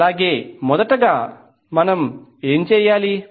కాబట్టి మొదటగా మనం ఏం చేయాలి